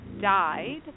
died